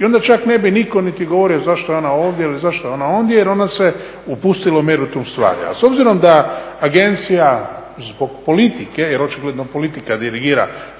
i onda čak ne bi nitko niti govorio zašto je ona ovdje ili zašto je ona ondje jer ona se upustila u meritum stvari. A s obzirom da agencija zbog politike, jer očigledno politika dirigira što